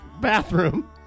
bathroom